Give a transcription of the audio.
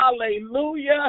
Hallelujah